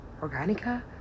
organica